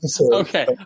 Okay